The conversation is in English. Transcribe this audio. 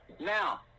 Now